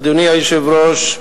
אדוני היושב-ראש,